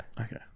okay